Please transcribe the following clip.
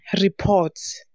reports